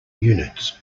units